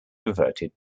reverted